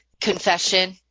confession